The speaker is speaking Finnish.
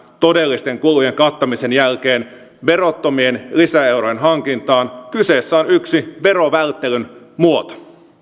todellisten kulujen kattamisen jälkeen verottomien lisäeurojen hankintaan kyseessä on yksi verovälttelyn muoto